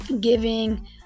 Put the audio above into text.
Giving